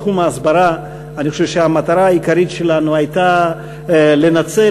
בתחום ההסברה אני חושב שהמטרה העיקרית שלנו הייתה לנצל